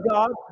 God